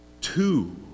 two